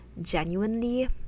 genuinely